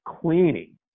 cleaning